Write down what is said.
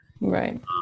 Right